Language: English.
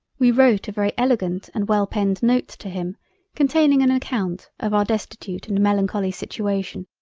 we wrote a very elegant and well penned note to him containing an account of our destitute and melancholy situation,